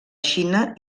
xina